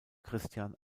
christian